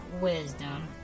Wisdom